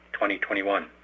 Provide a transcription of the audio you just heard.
2021